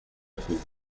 verfügung